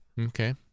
Okay